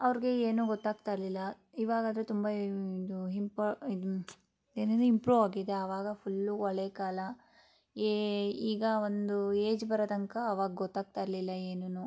ಅವ್ರಿಗೆ ಏನೂ ಗೊತ್ತಾಗ್ತಾ ಇರಲಿಲ್ಲ ಇವಾಗಾದರೆ ತುಂಬ ಇದು ಹಿಂಪ ಇದು ಏನಿದೆ ಇಂಪ್ರೂವ್ ಆಗಿದೆ ಅವಾಗ ಫುಲ್ಲು ಒಲೆ ಕಾಲ ಏ ಈಗ ಒಂದು ಏಜ್ ಬರೋ ತನಕ ಅವಾಗ ಗೊತ್ತಾಗ್ತಾ ಇರಲಿಲ್ಲ ಏನು